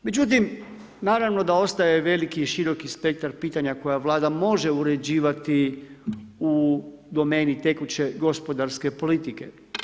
Međutim, naravno da ostaje veliki i široki spektar pitanja koja Vlada može uređivati u domeni tekuće gospodarske politike.